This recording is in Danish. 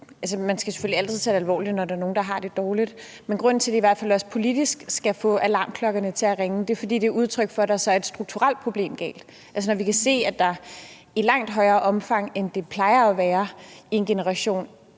man skal selvfølgelig altid tage det alvorligt, når der er nogle, der har det dårligt – at grunden til, at det i hvert fald også politisk skal få alarmklokkerne til at ringe, er, at det er udtryk for, at der så er et strukturelt problem. Når vi kan se, at vi i langt højere grad, end det plejer at være i en generation,